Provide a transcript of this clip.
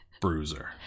bruiser